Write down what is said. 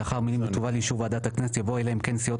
לאחר המילים 'ותובא לאישור ועדת הכנסת' יבוא 'אלא אם כן סיעות